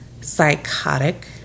psychotic